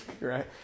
Right